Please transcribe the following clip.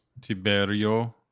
Tiberio